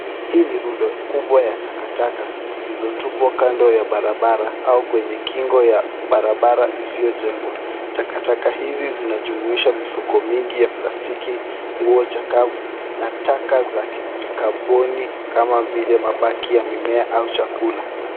Hii ni rundo kubwa ya takataka iliyotupwa kando ya barabara au kwenye kingo ya barabara isiyojengwa. Takataka hizi zinajumuisha mifuko mingi ya plastiki, nguo chakavu na taka za kikagoni kama mabaki ya mimea au chakula.